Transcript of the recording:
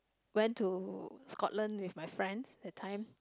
went to Scotland with my friends that time